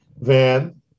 Van